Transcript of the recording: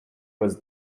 was